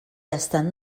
estan